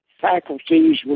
faculties